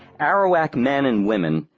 arawak men and women,